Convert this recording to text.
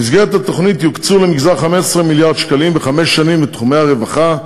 במסגרת התוכנית יוקצו למגזר 15 מיליארד שקלים בחמש שנים לתחומי הרווחה,